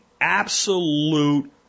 absolute